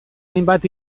hainbat